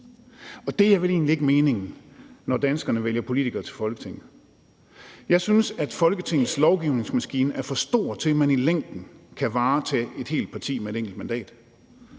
Og det er vel egentlig ikke meningen, når danskerne vælger politikere til Folketinget. Jeg synes, at Folketingets lovgivningsmaskine er for stor til, at man i længden kan varetage et helt parti med et enkelt mandat.